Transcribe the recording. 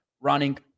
running